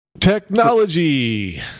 Technology